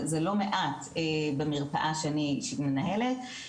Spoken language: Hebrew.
זה לא מעט במרפאה שאני מנהלת,